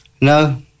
No